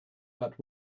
but